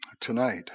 tonight